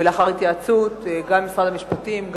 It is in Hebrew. ולאחר התייעצות גם עם משרד המשפטים,